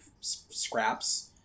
scraps